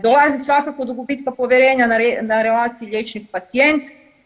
Dolazi svakako do gubitka povjerenja na relaciji liječnik-pacijent.